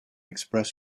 express